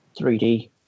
3D